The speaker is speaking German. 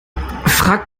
frage